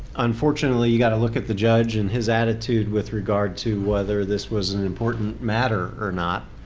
unfortunately you got to look at the judge and his attitude with regard to whether this was an important matter or not.